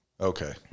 Okay